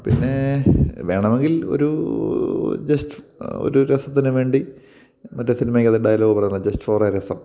പിന്നേ വേണമെങ്കിൽ ഒരൂ ജെസ്റ്റ് ഒരു രസത്തിനു വേണ്ടി മറ്റേ സിനിമക്കകത്ത് ഡയലോഗ് പറയുന്നതു പോലെ ജെസ്റ്റ് ഫോർ എ രസം